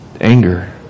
anger